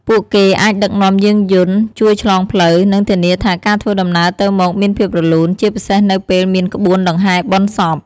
ពួកគេអាចដឹកនាំយានយន្ត ជួយឆ្លងផ្លូវ និងធានាថាការធ្វើដំណើរទៅមកមានភាពរលូន ជាពិសេសនៅពេលមានក្បួនដង្ហែបុណ្យសព។